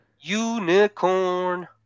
UNICORN